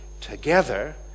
together